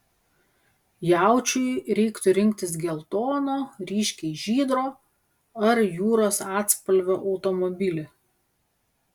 jaučiui reiktų rinktis geltono ryškiai žydro ar jūros atspalvio automobilį